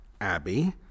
Abby